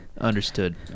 Understood